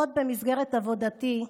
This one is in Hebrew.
עוד במסגרת עבודתי,